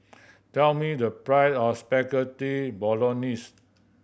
tell me the price of Spaghetti Bolognese